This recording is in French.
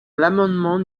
l’amendement